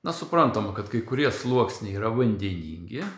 na suprantam kad kai kurie sluoksniai yra vandeningi